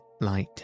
light